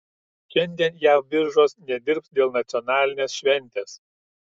šiandien jav biržos nedirbs dėl nacionalinės šventės